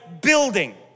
building